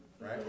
Right